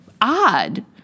odd